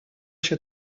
się